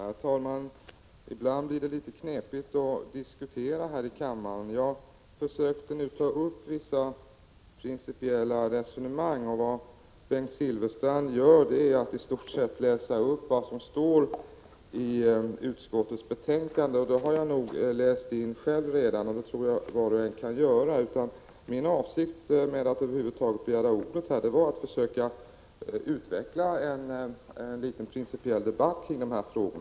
Herr talman! Ibland är det litet knepigt att diskutera här i kammaren. Jag försökte nu ta upp vissa principiella resonemang, och vad Bengt Silfverstrand göräraattistort sett läsa upp vad som står i utskottets betänkande. Jag har nog själv redan läst in det, och det kan var och en göra. Min avsikt med att över huvud taget begära ordet var att försöka utveckla en principiell debatt kring dessa frågor.